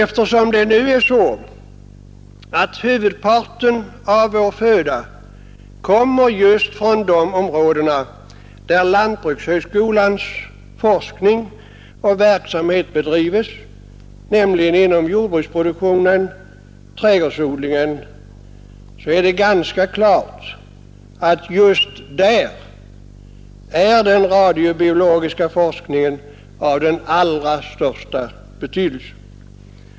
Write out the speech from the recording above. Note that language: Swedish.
Eftersom huvudparten av vår föda kommer från de områden där lantbrukshögskolans forskningsverksamhet bedrivs, alltså inom jordbruksproduktionen och trädgårdsodlingen, är den radiobiologiska forskningen givetvis av allra största betydelse.